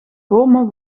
bomen